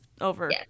over